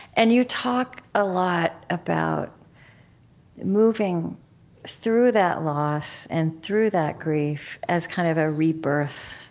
and you talk a lot about moving through that loss and through that grief as kind of a rebirth.